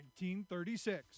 1936